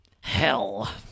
Hell